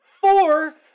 Four